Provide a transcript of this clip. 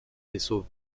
vaisseau